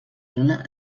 zona